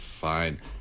fine